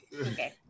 Okay